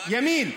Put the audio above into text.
ימין.